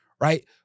right